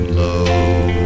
low